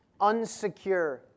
Unsecure